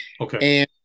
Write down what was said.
Okay